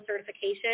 certification